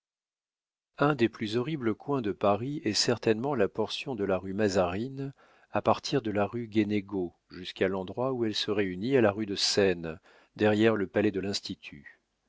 un des plus horribles coins de paris est certainement la portion de la rue mazarine à partir de la rue guénégaud jusqu'à l'endroit où elle se réunit à la rue de seine derrière le palais de l'institut